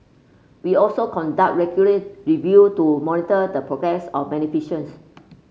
we also conduct regular review to monitor the progress of beneficial